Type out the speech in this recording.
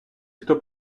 хто